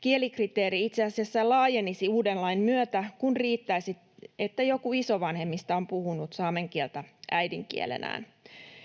Kielikriteeri itse asiassa laajenisi uuden lain myötä, kun riittäisi, että joku isovanhemmista on puhunut saamen kieltä äidinkielenään.